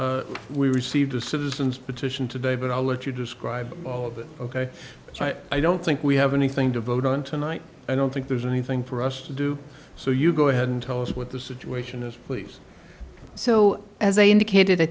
then we received a citizens petition today but i'll let you describe all of it ok i don't think we have anything to vote on tonight i don't think there's anything for us to do so you go ahead and tell us what the situation is please so as i indicated i